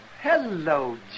hello